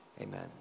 Amen